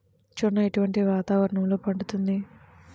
జొన్న ఎటువంటి వాతావరణంలో పండుతుంది?